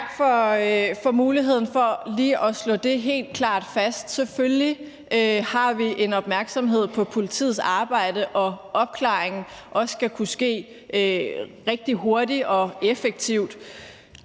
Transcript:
Tak for muligheden for lige at slå det helt klart fast: Selvfølgelig har vi en opmærksomhed på, at politiets arbejde og opklaring også skal kunne ske rigtig hurtigt og effektivt.